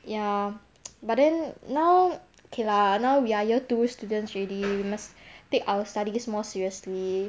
ya but then now K lah now we are year two students already we must take our studies more seriously